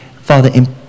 father